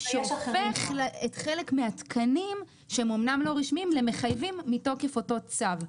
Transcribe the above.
שהופך חלק מהתקנים שהם אומנם לא רשמיים למחייבים מתוקף אותו צו.